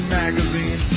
magazine